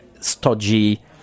stodgy